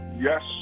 Yes